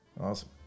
Awesome